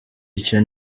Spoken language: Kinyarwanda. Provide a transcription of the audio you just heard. icyo